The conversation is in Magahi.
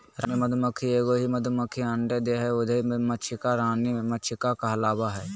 रानी मधुमक्खी एगो ही मधुमक्खी अंडे देहइ उहइ मक्षिका रानी मक्षिका कहलाबैय हइ